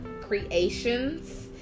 Creations